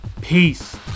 peace